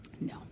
No